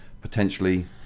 potentially